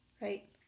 right